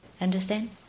Understand